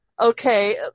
Okay